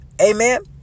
Amen